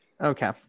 Okay